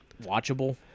watchable